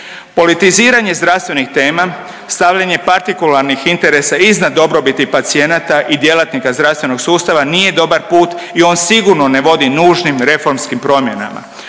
Politiziranje zdravstvenih tema, stavljanje partikularnih interesa iznad dobrobiti pacijenata i djelatnika zdravstvenog sustava nije dobar put i on sigurno ne vodi nužnim reformskim promjenama.